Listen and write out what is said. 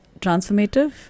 transformative